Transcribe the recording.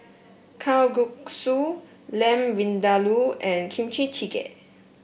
Kalguksu Lamb Vindaloo and Kimchi Jjigae